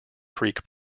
creek